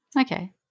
Okay